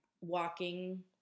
walking